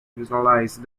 visualise